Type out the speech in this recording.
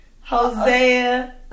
Hosea